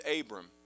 Abram